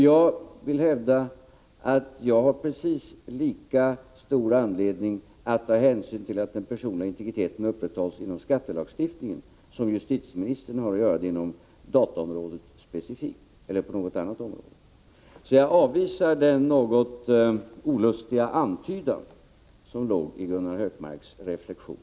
Jag vill hävda att jag har precis lika stor anledning att ta hänsyn till att den personliga integriteten upprätthålls inom skattelagstiftningen som justitieministern har att göra det inom dataområdet specifikt, eller på något annat område. Så jag avvisar den något olustiga antydan som låg i Gunnar Hökmarks reflexion.